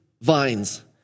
vines